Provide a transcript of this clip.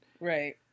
Right